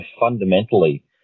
fundamentally